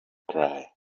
cry